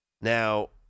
Now